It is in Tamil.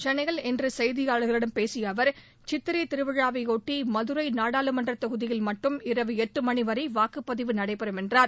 சென்னையில் இன்று செய்தியாளர்களிடம் பேசிய அவர் சித்திரை திருவிழாவையொட்டி மதுரை நாடாளுமன்ற தொகுதியில் மட்டும் இரவு எட்டு மணி வரை வாக்குப்பதிவு நடைபெறும் என்றார்